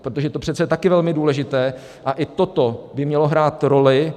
Protože to přece je také velmi důležité a i toto by mělo hrát roli.